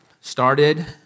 started